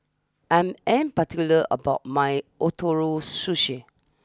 I'm am particular about my Ootoro Sushi